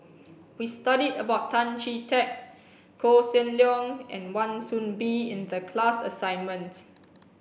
we studied about Tan Chee Teck Koh Seng Leong and Wan Soon Bee in the class assignment